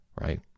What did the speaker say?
right